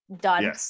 done